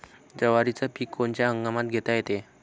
जवारीचं पीक कोनच्या हंगामात घेता येते?